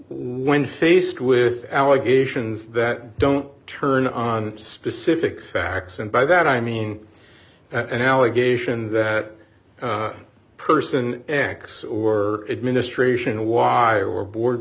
when faced with allegations that don't turn on specific facts and by that i mean an allegation that person x or administration awaya or board